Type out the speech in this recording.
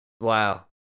Wow